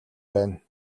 байна